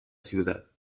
ciudad